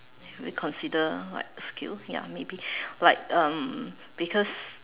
should we consider like skills ya maybe like um because